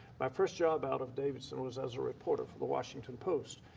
my first job out of davidson was as a reporter for the washington post.